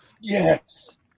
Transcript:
Yes